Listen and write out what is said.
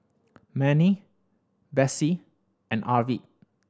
Mannie Bessie and Arvid